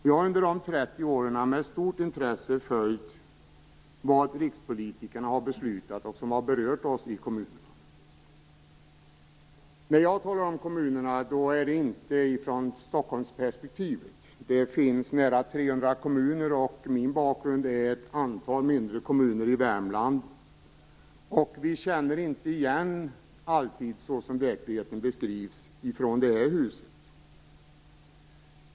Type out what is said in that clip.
Jag har under de 30 åren med stort intresse följt vad rikspolitikerna har beslutat om det som berört oss i kommunerna. När jag talar om kommunerna är det inte i ett Stockholmsperspektiv. Det finns nära 300 kommuner, och min bakgrund är ett antal mindre kommuner i Värmland. Vi känner inte alltid igen den verklighet som beskrivs från det här huset.